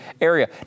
area